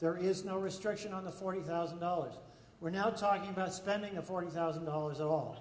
there is no restriction on the forty thousand dollars we're now talking about spending of forty thousand dollars all